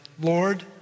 Lord